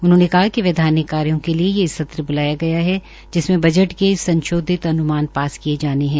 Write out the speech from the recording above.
उन्होंने कहा कि वैधानिक कार्यो के लिये ये सत्र ब्लाया गया है जिसमें बजट के संशोधित पास किये जाने है